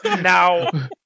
Now